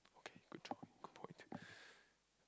okay good job good point